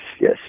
yes